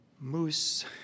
Moose